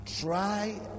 Try